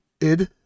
ID